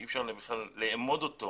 שאי אפשר בכלל לאמוד אותו